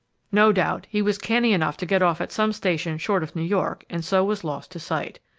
no doubt he was canny enough to get off at some station short of new york and so was lost to sight.